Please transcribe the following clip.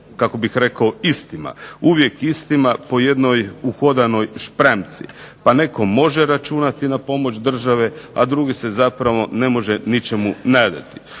kako bih rekao istima, uvijek istima po jednoj uhodanoj špranci. Pa netko može računati na pomoć države, a drugi se ne mogu ničemu nadati.